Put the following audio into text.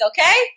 Okay